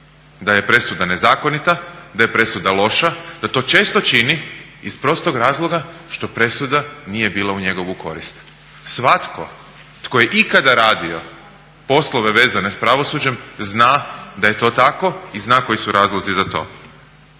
da je presuda nezakonita, da je presuda loša, da to često čini iz prostog razloga što presuda nije bila u njegovu korist. Svatko tko je ikada radio poslove vezane s pravosuđem zna da je to tako i zna koji su razlozi za to.